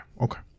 Okay